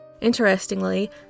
Interestingly